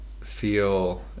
feel